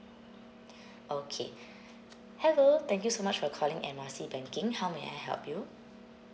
okay hello thank you so much for calling M R C banking how may I help you